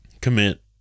commit